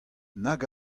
nag